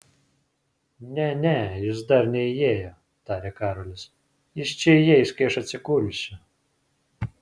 ne ne jis dar neįėjo tarė karolis jis čia įeis kai aš atsigulsiu